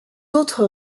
autres